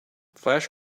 flash